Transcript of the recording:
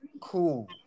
cool